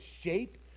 shape